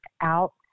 out